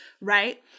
right